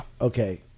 Okay